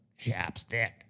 Chapstick